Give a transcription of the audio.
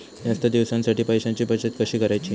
जास्त दिवसांसाठी पैशांची बचत कशी करायची?